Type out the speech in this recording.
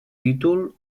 títol